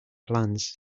plans